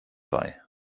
bei